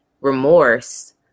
remorse